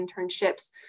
internships